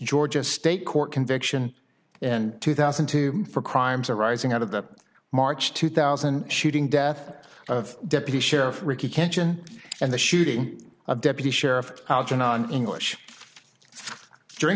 georgia state court conviction in two thousand and two for crimes arising out of the march two thousand shooting death of deputy sheriff ricky kanchan and the shooting of deputy sheriff algernon english during